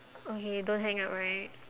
okay don't hang up right